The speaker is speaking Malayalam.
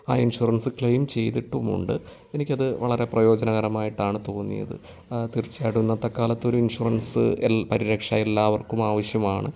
ആ ഇൻഷുറൻസ് ക്ലെയിം ചെയ്തിട്ടുമുണ്ട് എനിക്കത് വളരെ പ്രയോജനകരമായിട്ടാണ് തോന്നിയത് തീർച്ചയായിട്ടും ഇന്നത്തെ കാലത്ത് ഒരു ഇൻഷുറൻസ് എൽ പരിരക്ഷ എല്ലാവർക്കും ആവശ്യമാണ്